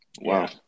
Wow